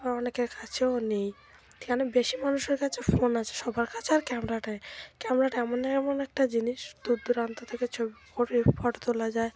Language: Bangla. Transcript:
বা অনেকের কাছেও নেই এখানে বেশি মানুষের কাছে ফোন আছে সবার কাছে আর ক্যামেরাটাই ক্যামেরাটা এমন এমন একটা জিনিস দূর দূরান্ত থেকে ছবি ফটো তোলা যায়